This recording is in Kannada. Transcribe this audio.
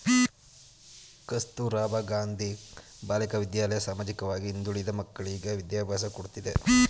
ಕಸ್ತೂರಬಾ ಗಾಂಧಿ ಬಾಲಿಕಾ ವಿದ್ಯಾಲಯ ಸಾಮಾಜಿಕವಾಗಿ ಹಿಂದುಳಿದ ಮಕ್ಕಳ್ಳಿಗೆ ವಿದ್ಯಾಭ್ಯಾಸ ಕೊಡ್ತಿದೆ